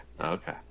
okay